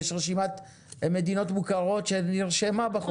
יש רשימת מדינות מוכרות שנרשמה בחוק הזה.